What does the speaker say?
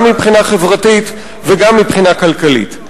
גם מבחינה חברתית וגם מבחינה כלכלית.